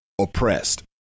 oppressed